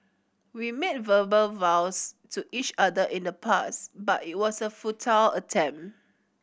we made verbal vows to each other in the past but it was a futile attempt